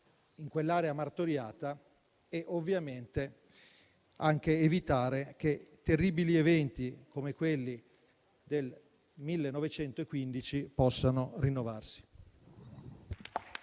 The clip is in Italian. in quell'area martoriata e ovviamente anche evitare che terribili eventi come quelli del 1915 possano rinnovarsi.